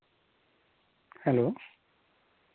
hello